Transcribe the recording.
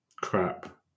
Crap